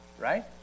right